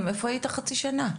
איפה היית חצי שנה?